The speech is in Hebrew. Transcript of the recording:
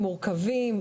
מורכבים,